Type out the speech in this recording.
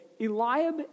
Eliab